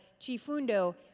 Chifundo